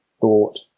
thought